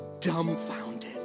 dumbfounded